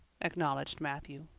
acknowledged matthew.